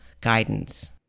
guidance